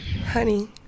honey